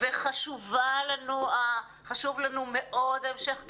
וחשוב לנו מאוד המשך הקיום,